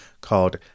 called